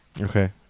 okay